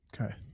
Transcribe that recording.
Okay